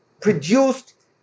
produced